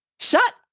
shut